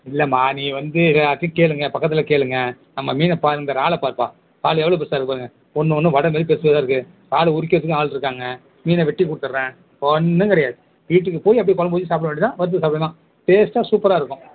இல்லைமா நீ வந்து யாருகிட்டியும் கேளுங்க பக்கத்தில் கேளுங்க நம்ம மீனை பார் இந்த இறாலை பாருப்பா இறால் எவ்வளோ பெருசாக இருக்குது பாருங்க ஒன்றும் ஒன்று வடை மாரி பெருசாக பெருசாக இருக்குது ஆள் உறிக்கிறதுக்கு ஆள் இருக்காங்க மீனை வெட்டி கொடுத்தர்றேன் ஒன்றும் கிடையாது வீட்டுக்கு போய் அப்படியே குழம்பு வைச்சு சாப்பிட வேண்டியதுதான் வறுத்தும் சாப்பிட்லாம் டேஸ்டாக சூப்பராக இருக்கும்